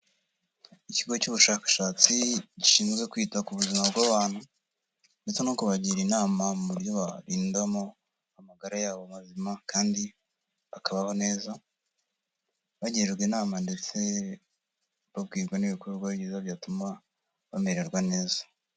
Ikigo cy'ubushakashatsi gishinzwe kwita ku buzima bw'abantu. Ndetse no kubagira inama mu buryo barindamo amagara yabo mazima kandi bakabaho neza, bagirwa inama ndetse babwirwa n'ibikorwa byiza byatuma bamererwa neza.